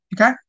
okay